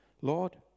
Lord